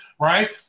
right